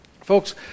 Folks